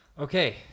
Okay